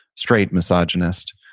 straight misogynist,